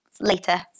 later